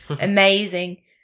amazing